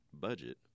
budget